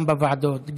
גם בוועדות,